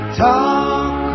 talk